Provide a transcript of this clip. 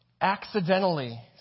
accidentally